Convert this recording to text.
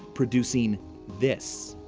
producing this.